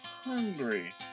hungry